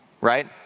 right